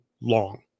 long